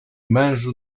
mężu